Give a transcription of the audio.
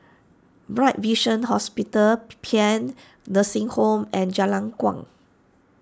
Bright Vision Hospital Paean Nursing Home and Jalan Kuang